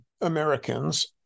Americans